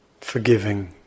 forgiving